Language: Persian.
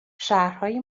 شهرهای